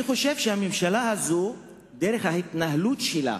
אני חושב שהממשלה הזאת, דרך ההתנהלות שלה